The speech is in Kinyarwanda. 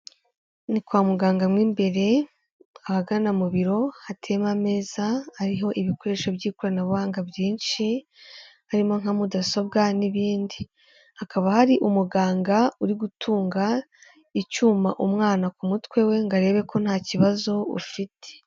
Ni kwa muganga mo imbere, ahagana mu biro, hateyemo ameza ariho ibikoresho by'ikoranabuhanga byinshi, harimo nka mudasobwa, n'ibindi. Hakaba hari umuganga uri gutunga icyuma umwana ku mutwe we ngo arebe ko nta kibazo ufite.